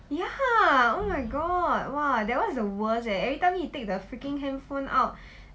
ya oh my god !wah! that one is the worst eh every time need take the freaking handphone out